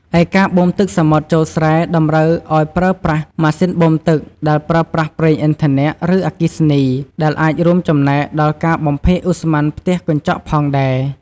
ឯការបូមទឹកសមុទ្រចូលស្រែតម្រូវឱ្យប្រើប្រាស់ម៉ាស៊ីនបូមទឹក ដែលប្រើប្រាស់ប្រេងឥន្ធនៈ ឬអគ្គិសនី ដែលអាចរួមចំណែកដល់ការបំភាយឧស្ម័នផ្ទះកញ្ចក់ផងដែរ។